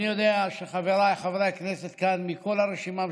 אני יודע שחבריי חברי הכנסת כאן מכל הרשימה המשותפת,